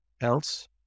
else